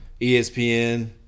ESPN